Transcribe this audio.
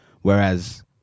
Whereas